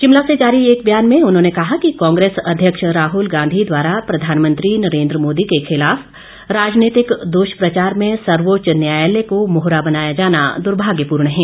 शिमला से जारी एक बयान में उन्होंने कहा कि कांग्रेस अध्यक्ष राहुल गांधी द्वारा प्रधानमंत्री नरेन्द्र मोदी के खिलाफ राजनीतिक दुष्प्रचार में सर्वोच्च न्यायालय को मोहरा बनाया जाना दुर्भाग्यपूर्ण है